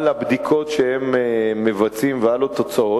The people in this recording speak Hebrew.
על הבדיקות שהם מבצעים ועל התוצאות,